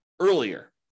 earlier